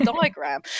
diagram